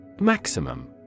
Maximum